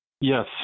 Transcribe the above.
Yes